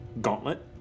gauntlet